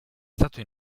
stato